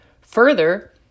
Further